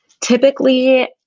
Typically